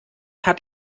hat